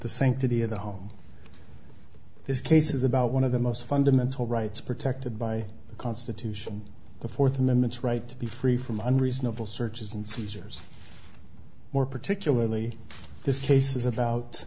the sanctity of the home this case is about one of the most fundamental rights protected by the constitution the fourth amendment right to be free from under reasonable searches and seizures more particularly this case is about